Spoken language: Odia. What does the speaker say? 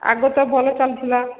ଆଗ ତ ଭଲ ଚାଲୁଥିଲା